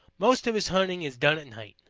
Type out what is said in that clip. most of his hunting is done at night.